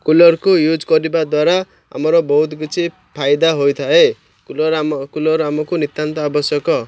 କୁଲର୍କୁ use କରିବା ଦ୍ୱାରା ଆମର ବହୁତ କିଛି ଫାଇଦା ହୋଇଥାଏ କୁଲର୍ ଆମ କୁଲର୍ ଆମକୁ ନିତ୍ୟାନ୍ତ ଆବଶ୍ୟକ